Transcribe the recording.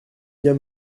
bien